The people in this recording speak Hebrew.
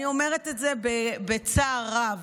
אני אומרת את זה בצער רב,